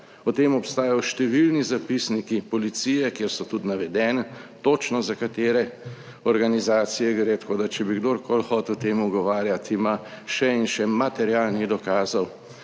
O tem obstajajo številni zapisniki policije, kjer so tudi navedene točno za katere organizacije gre. Tako da, če bi kdorkoli hotel o tem ugovarjati, ima še in še materialnih dokazov,